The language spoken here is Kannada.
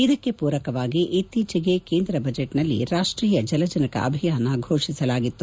ಇದಕ್ಕೆ ಪೂರಕವಾಗಿ ಇತ್ತೀಚೆಗೆ ಕೇಂದ್ರ ಬಜೆಟ್ನಲ್ಲಿ ರಾಷ್ತ್ರೀಯ ಜಲಜನಕ ಅಭಿಯಾನ ಫೋಷಿಸಲಾಗಿತ್ತು